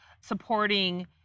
supporting